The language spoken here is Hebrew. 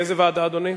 איזו ועדה, אדוני?